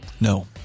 No